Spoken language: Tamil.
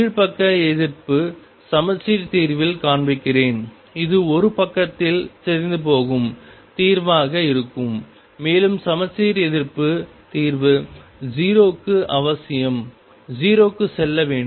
கீழ் பக்க எதிர்ப்பு சமச்சீர் தீர்வில் காண்பிக்கிறேன் அது ஒரு பக்கத்தில் சிதைந்துபோகும் தீர்வாக இருக்கும் மேலும் சமச்சீர் எதிர்ப்பு தீர்வு 0 க்கு அவசியம் 0 க்கு செல்ல வேண்டும்